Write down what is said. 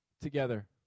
together